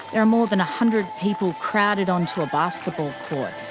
are more than a hundred people crowded onto a basketball court,